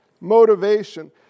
motivation